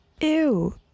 Ew